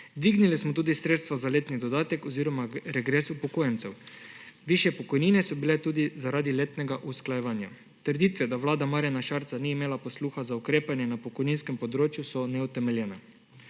Dvignili smo tudi sredstva za letni dodatek oziroma regres upokojencev. Višje pokojnine so bile tudi zaradi letnega usklajevanja. Trditve, da vlada Marjana Šarca ni imela posluha za ukrepanje na pokojninskem področju, so neutemeljene.